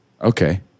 okay